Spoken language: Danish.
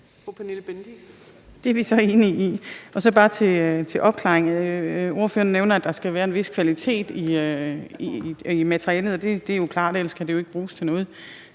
Det er vi så enige i. Så bare til opklaring: Ordføreren nævner, at der skal være en vis kvalitet i materialet – og det er jo klart, ellers kan det ikke bruges til noget